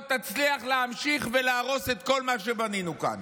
תצליח להמשיך ולהרוס את כל מה שבנינו כאן,